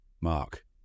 Mark